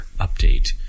update